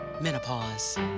Menopause